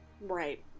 Right